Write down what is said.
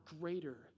greater